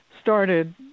started